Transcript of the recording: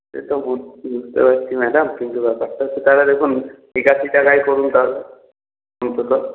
সে তো বুঝছি বুঝতে পারছি ম্যাডাম কিন্তু ব্যাপারটা হচ্ছে তাহলে দেখুন একাশি টাকায় করুন তাহলে অন্তত